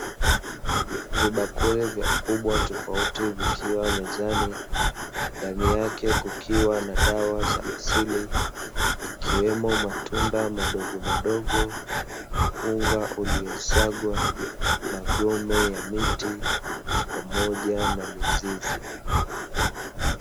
Vibakuli vya ukubwa tofauti vikiwa mezani. Ndani yake kukiwa na dawa za asili ikiwemo: matunda madogomadogo, unga uliosagwa, magome ya miti pamoja na mizizi.